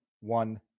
one